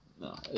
No